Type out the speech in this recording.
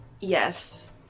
Yes